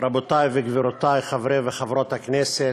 רבותי וגבירותי חברי וחברות הכנסת,